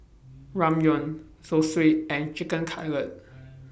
Ramyeon Zosui and Chicken Cutlet